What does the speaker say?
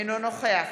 אינו נוכח